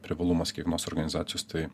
privalumas kiekvienos organizacijos tai